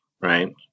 right